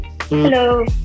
Hello